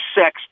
sex